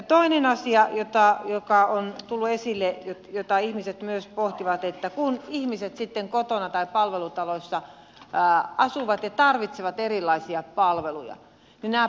toinen asia joka on tullut esille jota ihmiset myös pohtivat on se että kun ihmiset sitten kotona tai palvelutaloissa asuvat ja tarvitsevat erilaisia palveluja niin nämä palvelut maksavat